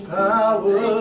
power